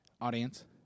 Audience